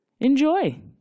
enjoy